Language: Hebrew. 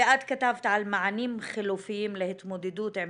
ואת כתבת על מענים חלופיים להתמודדות עם